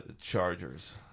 Chargers